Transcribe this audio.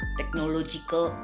technological